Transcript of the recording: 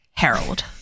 Harold